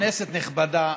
כנסת נכבדה,